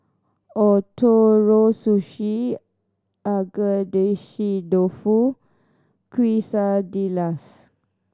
Ootoro Sushi Agedashi Dofu Quesadillas